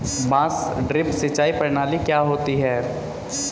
बांस ड्रिप सिंचाई प्रणाली क्या होती है?